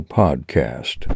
podcast